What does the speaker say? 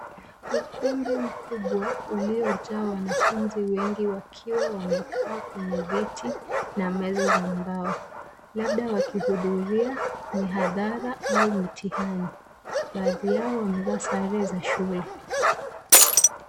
Ukumbi mkubwa uliojaa wanafunzi wengi wakiwa wamekaa kwenye viti na meza za mbao, labda wakihudhuria mihadhara au mitihani. Baadhi yao wamevaa sare za shule.